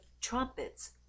Trumpets